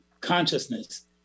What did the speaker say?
consciousness